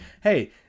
hey